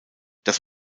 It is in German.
das